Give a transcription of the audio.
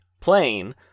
plane